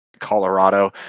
Colorado